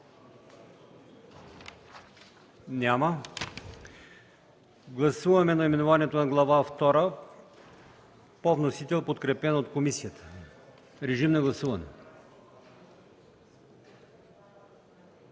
Няма. Гласуваме наименованието на Глава втора по вносител, подкрепено от комисията. Моля, гласувайте.